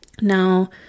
Now